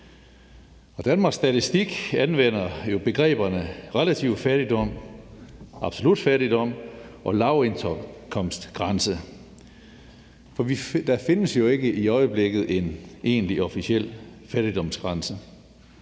Danmarks Statistik anvender begreberne relativ fattigdom, absolut fattigdom og lavindkomstgrænse, for der findes jo ikke i øjeblikket en egentlig officiel fattigdomsgrænse.